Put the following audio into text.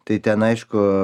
tai ten aišku